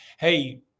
hey